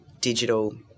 digital